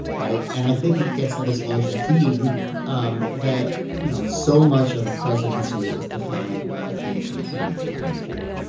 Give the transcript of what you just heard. right? and i think it gets to this larger theme um that you know so much of a presidency is defined by things you can't plan for.